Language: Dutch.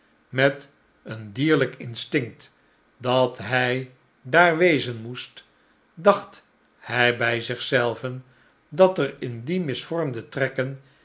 met een dierlijk instinct dat hij daar wezen moest dacht hij bij zich zelven dat er in die misvormde trekken